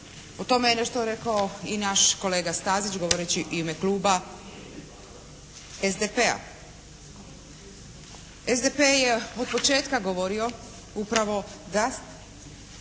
O tome je nešto rekao i naš kolega Stazić govoreći u ime kluba SDP-a. SDP je od početka govorio upravo da